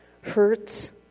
hurts